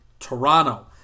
Toronto